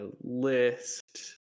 list